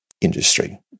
industry